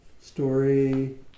story